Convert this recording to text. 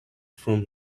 from